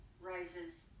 rises